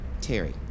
Terry